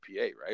right